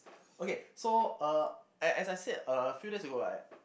okay so uh as as I said a few days ago I